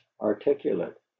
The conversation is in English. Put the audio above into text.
articulate